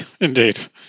indeed